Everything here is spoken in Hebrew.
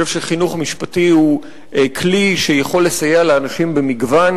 אני חושב שחינוך משפטי הוא כלי שיכול לסייע לאנשים במגוון